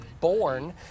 born